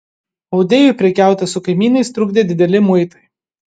audėjui prekiauti su kaimynais trukdė dideli muitai